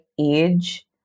age